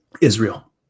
Israel